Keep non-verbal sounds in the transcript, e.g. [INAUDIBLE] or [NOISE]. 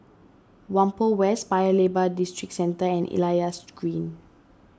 Whampoa West Paya Lebar Districentre and Elias [NOISE] Green